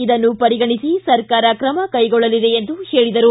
ಇದನ್ನು ಪರಿಗಣಿಸಿ ಸರ್ಕಾರ ಕ್ರಮ ಕೈಗೊಳ್ಳಲಿದೆ ಎಂದರು